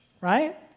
right